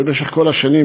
במשך כל השנים,